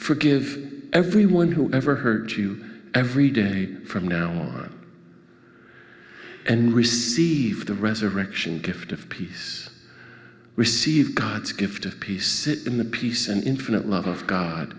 forgive everyone who ever hurt you every day from now on and receive the resurrection gift of peace receive god's gift of peace in the peace and infinite love of god